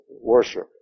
worship